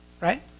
right